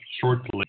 shortly